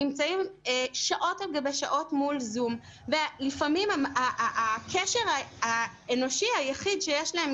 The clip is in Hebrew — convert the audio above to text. נמצאים שעות על גבי שעות מול זום ולפעמים הקשר האנושי היחיד שיש להם,